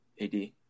AD